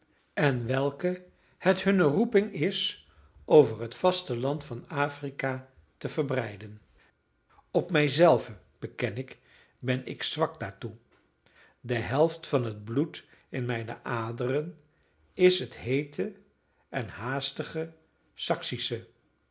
en welke het hunne roeping is over het vasteland van afrika te verbreiden op mij zelven beken ik ben ik zwak daartoe de helft van het bloed in mijne aderen is het heete en haastige saksische